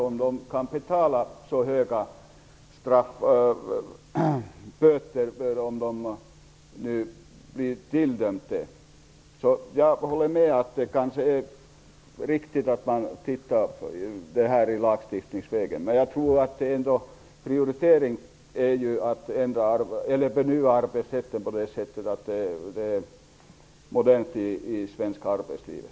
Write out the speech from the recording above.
Kan de betala höga böter, om de blir tilldömda sådana? Jag håller alltså med om att det kanske är riktigt att titta på lagstiftningen. En prioritering är ändå att modernisera arbetsrätten för det svenska arbetslivet.